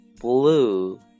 blue